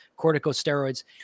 corticosteroids